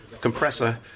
Compressor